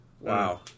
wow